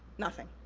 nothing.